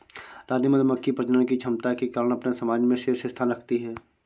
रानी मधुमक्खी प्रजनन की क्षमता के कारण अपने समाज में शीर्ष स्थान रखती है